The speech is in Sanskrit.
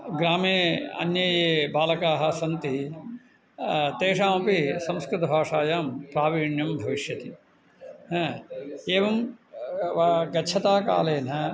ग्रामे अन्ये ये बालकाः सन्ति तेषामपि संस्कृतभाषायां प्राविण्यं भविष्यति एवं वा गच्छता कालेन